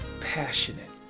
passionate